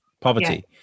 poverty